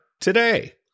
today